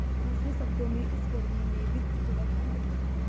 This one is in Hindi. दूसरे शब्दों में, इस गर्मी में वित्त थोड़ा तंग है